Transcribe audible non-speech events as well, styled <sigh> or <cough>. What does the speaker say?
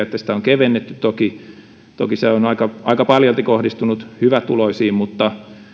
<unintelligible> että sitä on kevennetty onkin ollut sinänsä oikea toki se on aika aika paljolti kohdistunut hyvätuloisiin mutta